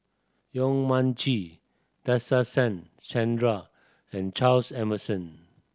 Yong Mun Chee Nadasen Chandra and Charles Emmerson